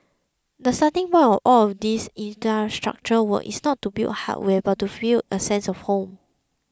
the starting all these infrastructure work is not to build hardware but to feel a sense of home